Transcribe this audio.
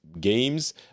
games